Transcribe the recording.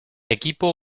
equipo